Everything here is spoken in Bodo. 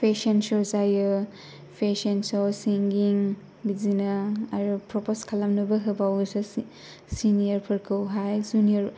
फेसन श' जायो फेसन श' सिंगिं बिदिनो आरो प्रपज खालामनोबो होबावोसो सेनियरफोरखौ हाय जुनियर